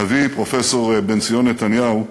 אבי, פרופסוור בנציון נתניהו,